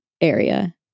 area